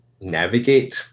navigate